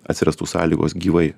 atsirastų sąlygos gyvai